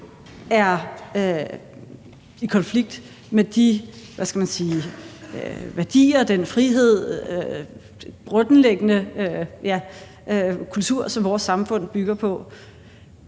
skal man sige, værdier, den frihed, den grundlæggende kultur, som vores samfund bygger på?